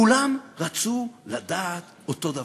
כולם רצו לדעת אותו דבר,